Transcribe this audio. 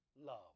love